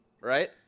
right